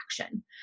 action